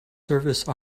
service